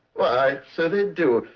why, so they do.